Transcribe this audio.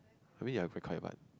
I mean you are very quiet